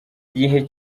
gihe